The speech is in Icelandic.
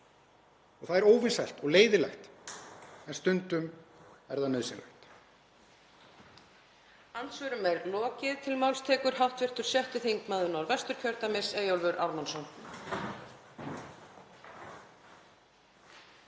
Það er óvinsælt og leiðinlegt. En stundum er það nauðsynlegt.